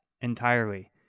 entirely